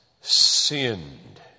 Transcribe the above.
sinned